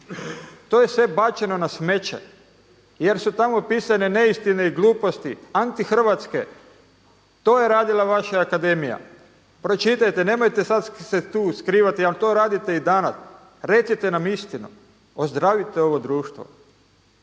To je sve bačeno na smeće jer su tamo pisane neistine i gluposti, antihrvatske, to je radila vaša akademija. Pročitajte, nemojte sad se tu skrivati, jer to radite i danas. Recite nam istinu, ozdravite ovo društvo.